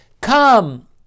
Come